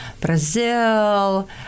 Brazil